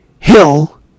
Hill